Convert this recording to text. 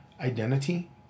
identity